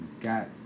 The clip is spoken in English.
got